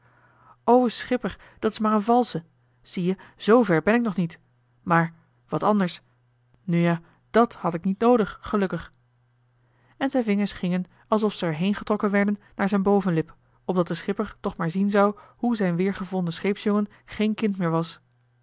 schipper dat is maar een valsche zie-je joh h been paddeltje de scheepsjongen van michiel de ruijter z ver ben ik nog niet maar wat anders nu ja dàt had ik niet noodig gelukkig en zijn vingers gingen alsof ze er heen getrokken werden naar zijn bovenlip opdat de schipper toch maar zien zou hoe zijn weergevonden scheepsjongen geen kind meer was